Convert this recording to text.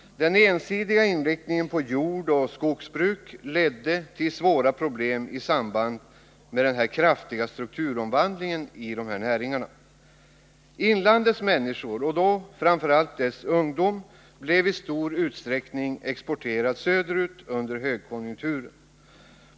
Den ensidiga inriktningen på jordoch skogsbruk ledde till svåra problem i samband med den kraftiga strukturomvandlingen i de här näringarna. Inlandets människor, framför allt dess ungdom, blev under högkonjunkturen i stor utsträckning exporterad söderut.